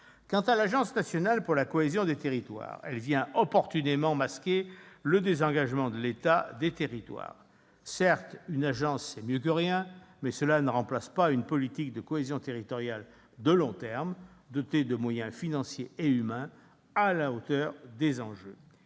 Quant à « l'Agence nationale pour la cohésion des territoires », elle vient opportunément masquer le désengagement de l'État des territoires. Certes, une agence, c'est mieux que rien, mais cela ne remplace pas une politique de cohésion territoriale de long terme, dotée de moyens financiers et humains à la hauteur des enjeux.